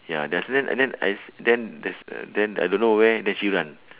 ya then s~ then and then I s~ then there's uh then I don't know why then she run